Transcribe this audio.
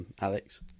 Alex